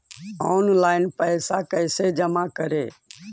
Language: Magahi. ऑनलाइन पैसा कैसे जमा करे?